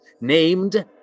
named